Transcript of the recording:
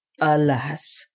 Alas